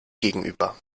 gegenüber